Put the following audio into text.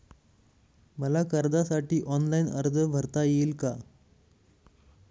मला कर्जासाठी ऑनलाइन अर्ज भरता येईल का?